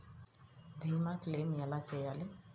భీమ క్లెయిం ఎలా చేయాలి?